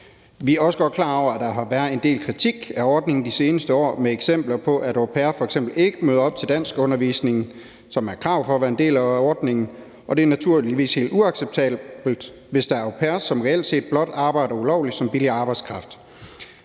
Vi er også godt klar over, at der har været en del kritik af ordningen de seneste år med eksempler på, at au pairer f.eks. ikke møder op til danskundervisningen, som er et krav for at være en del af ordningen, og det er naturligvis helt uacceptabelt, hvis der er au pairer, som reelt set blot arbejder ulovligt som billig arbejdskraft.